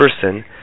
person